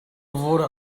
wurde